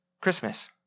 Christmas